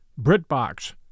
BritBox